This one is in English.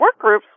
Workgroups